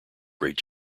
great